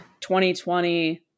2020